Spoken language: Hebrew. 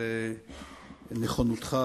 על נכונותך,